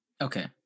Okay